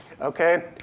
Okay